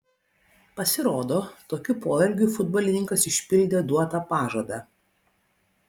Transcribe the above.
pasirodo tokiu poelgiu futbolininkas išpildė duotą pažadą